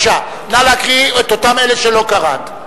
נא להקריא את שמות אותם אלה שלא קראת,